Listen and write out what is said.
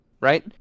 right